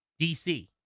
DC